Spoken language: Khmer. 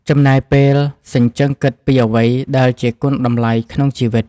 ចំណាយពេលសញ្ជឹងគិតពីអ្វីដែលជាគុណតម្លៃក្នុងជីវិត។